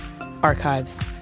archives